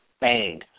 bang